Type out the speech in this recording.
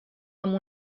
amb